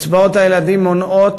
קצבאות הילדים מונעות